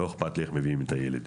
לא אכפת לי איך מביאים את הילד.